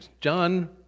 John